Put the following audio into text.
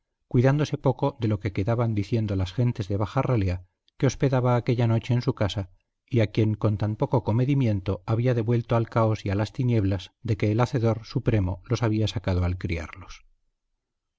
sumisión cuidándose poco de lo que quedaban diciendo las gentes de baja ralea que hospedaba aquella noche en su casa y a quienes con tan poco comedimiento había devuelto al caos y a las tinieblas de que el hacedor supremo los había sacado al criarlos